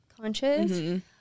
conscious